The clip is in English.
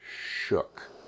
shook